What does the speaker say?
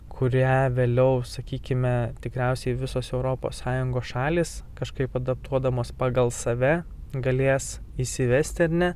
kurią vėliau sakykime tikriausiai visos europos sąjungos šalys kažkaip adaptuodamos pagal save galės įsivesti ar ne